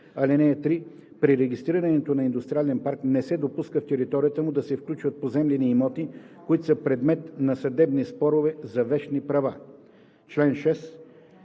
парка. (3) При регистрирането на индустриален парк не се допуска в територията му да се включват поземлени имоти, които са предмет на съдебни спорове за вещни права.“ По